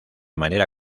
manera